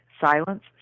Silence